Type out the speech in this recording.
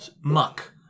muck